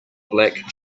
black